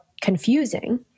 confusing